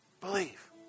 believe